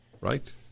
right